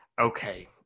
okay